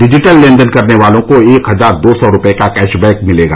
digital लेनदेन करने वालों को एक हजार दो सौ रूपये का कैश बैक मिलेगा